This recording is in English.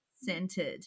centered